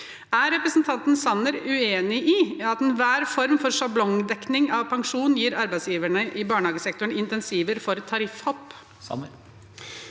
Er representanten Sanner uenig i at enhver form for sjablongdekning av pensjon gir arbeidsgiverne i barnehagesektoren insentiver for tariffhopp?